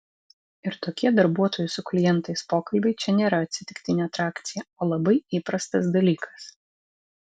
ir tokie darbuotojų su klientais pokalbiai čia nėra atsitiktinė atrakcija o labai įprastas dalykas